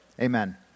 amen